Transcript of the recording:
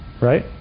right